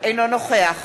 אינו נוכח